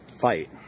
fight